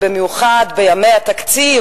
ובמיוחד בימי התקציב,